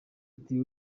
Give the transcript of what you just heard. ati